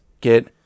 get